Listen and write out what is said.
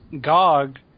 gog